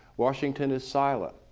washington is silent.